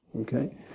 Okay